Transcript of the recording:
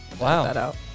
Wow